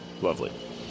Lovely